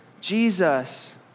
Jesus